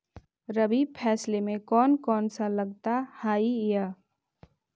रबी फैसले मे कोन कोन सा लगता हाइय?